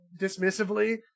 dismissively